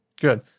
Good